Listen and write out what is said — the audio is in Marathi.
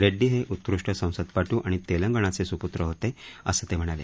रेड्डी हे उत्कृष्ट संसदपटू आणि तेलंगणाचे सुपूत्र होते असं ते म्हणाले